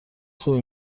خوبی